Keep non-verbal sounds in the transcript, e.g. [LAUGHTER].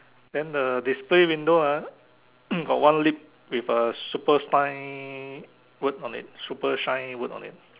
then the display window ah [COUGHS] got one lip with a super sign word on it super shine word on it